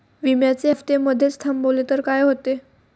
विम्याचे हफ्ते मधेच थांबवले तर काय होते?